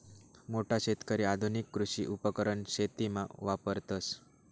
मोठा शेतकरी आधुनिक कृषी उपकरण शेतीमा वापरतस